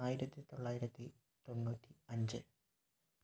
ആയിരത്തി തൊള്ളായിരത്തി തൊണ്ണൂറ്റി അഞ്ച്